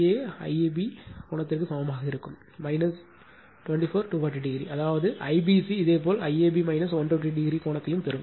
ஏ IAB கோணத்திற்கு சமமாக இருக்கும் 24 240o அதாவது ஐபிசி இதேபோல் ஐஏபி 120o கோணத்தையும் பெறும்